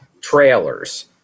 trailers